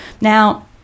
Now